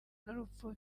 n’urupfu